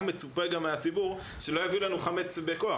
מצופה גם מהציבור שלא יביאו לנו חמץ בכוח.